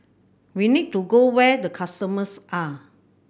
we need to go where the customers are